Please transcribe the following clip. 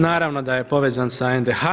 Naravno da je povezan sa NDH.